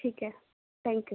ٹھیک ہے thank you